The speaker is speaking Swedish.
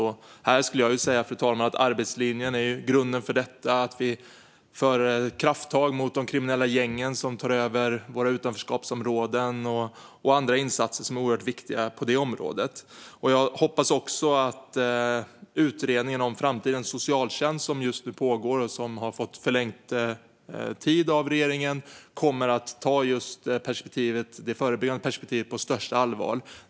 Här skulle jag vilja säga, fru talman, att arbetslinjen är grunden för detta och att vi tar krafttag mot de kriminella gängen som tar över i våra utanförskapsområden och gör andra insatser som är oerhört viktiga på det området. Jag hoppas också att utredningen om framtidens socialtjänst, som just nu pågår och som har fått förlängd tid av regeringen, kommer att ta just det förebyggande perspektivet på största allvar.